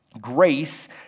Grace